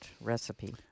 recipe